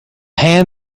hand